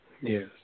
Yes